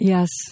Yes